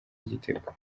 igitego